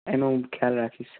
એનો હું ખ્યાલ રાખીશ